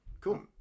Cool